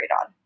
on